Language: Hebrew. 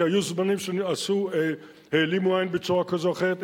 כי היו זמנים שהעלימו עין בצורה כזו או אחרת,